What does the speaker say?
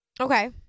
Okay